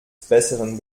besseren